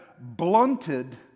blunted